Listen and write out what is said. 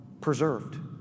preserved